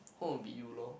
hope would be you lor